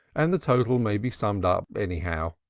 and the total may be summed up anyhow.